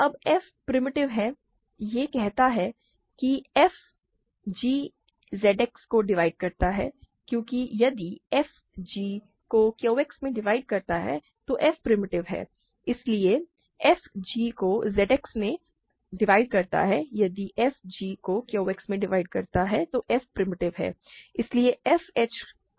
अब f primitive है यह कहता है कि f g Z X को डिवाइड करता है क्योंकि यदि f g को Q X में डिवाइड करता है तो f प्रिमिटिव है इसलिए f g को Z X में डिवाइड करता है यदि f h को Q X में डिवाइड करता है तो f प्रिमिटिव है इसलिए f h को Z X में डिवाइड करता है